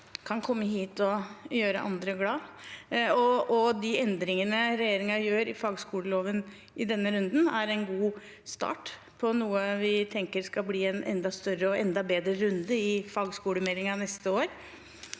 kan komme hit og gjøre andre glade. De endringene regjeringen gjør i fagskoleloven i denne runden, er en god start på noe vi tenker skal bli en enda større og enda bedre runde i forbindelse med fagskolemeldingen neste år.